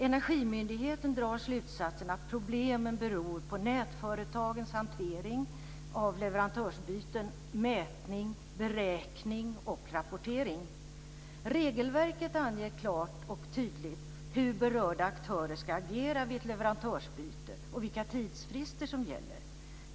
Energimyndigheten drar slutsatsen att problemen beror på nätföretagens hantering av leverantörsbyten, mätning, beräkning och rapportering. Regelverket anger klart och tydligt hur berörda aktörer ska agera vid ett leverantörsbyte och vilka tidsfrister som gäller.